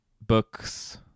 Books